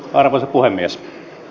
arvoisa puhemies